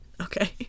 okay